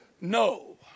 No